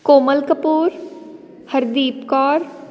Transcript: Komal Kapoor Hardeep Kaur